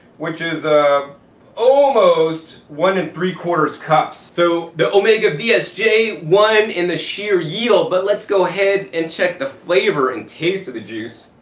which is almost one and three quarters cups. so the omega vsj won in the sheer yield, but let's go ahead and check the flavor and taste of the juice.